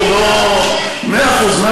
מאה אחוז.